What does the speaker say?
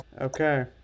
Okay